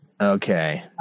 Okay